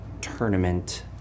tournament